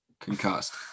Concussed